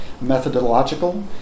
methodological